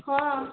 ହଁ